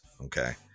Okay